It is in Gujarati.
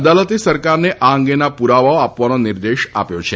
અદાલતે સરકારને આ અંગેના પુરાવાઓ આપવાનો નિર્દેશ આપ્યો છે